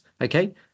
okay